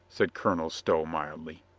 said colonel stow mildly.